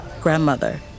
grandmother